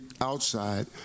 outside